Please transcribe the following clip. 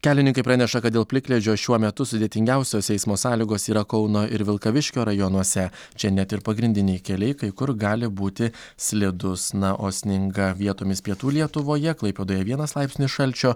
kelininkai praneša kad dėl plikledžio šiuo metu sudėtingiausios eismo sąlygos yra kauno ir vilkaviškio rajonuose čia net ir pagrindiniai keliai kai kur gali būti slidus na o sninga vietomis pietų lietuvoje klaipėdoje vienas laipsnį šalčio